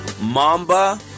mamba